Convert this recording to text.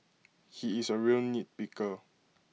he is A real nitpicker